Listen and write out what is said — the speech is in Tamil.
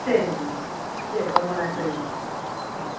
சரிங்க சரி ரொம்ப நன்றிங்க ம்